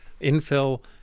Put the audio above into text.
infill